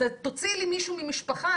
תוציאי לי מישהו ממשפחה,